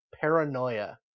Paranoia